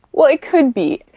well, it could be.